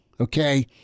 okay